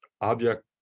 object